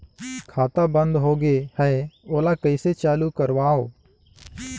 खाता बन्द होगे है ओला कइसे चालू करवाओ?